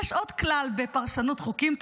יש עוד כלל בפרשנות חוקים,